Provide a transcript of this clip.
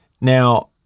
Now